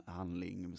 handling